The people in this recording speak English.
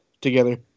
together